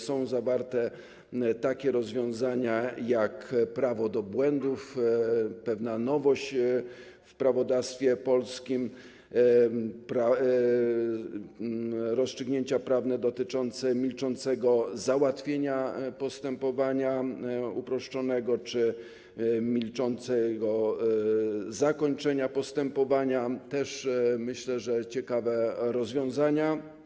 Są tu zawarte takie rozwiązania jak prawo do błędów, pewna nowość w prawodawstwie polskim, rozstrzygnięcia prawne dotyczące milczącego załatwienia postępowania uproszczonego czy milczącego zakończenia postępowania, myślę, że też ciekawe rozwiązania.